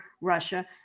Russia